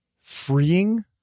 freeing